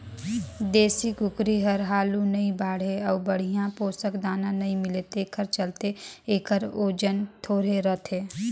देसी कुकरी हर हालु नइ बाढ़े अउ बड़िहा पोसक दाना नइ मिले तेखर चलते एखर ओजन थोरहें रहथे